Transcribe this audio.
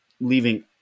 leaving